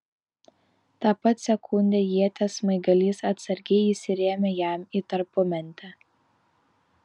tą pat sekundę ieties smaigalys atsargiai įsirėmė jam į tarpumentę